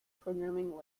programming